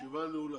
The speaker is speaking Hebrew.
הישיבה נעולה.